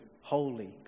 holy